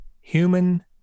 human